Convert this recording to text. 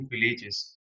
villages